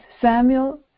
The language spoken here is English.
Samuel